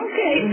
Okay